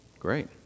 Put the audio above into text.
Great